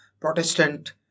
Protestant